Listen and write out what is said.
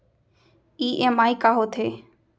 EMI का होथे?